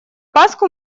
пасху